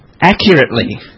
accurately